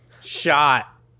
shot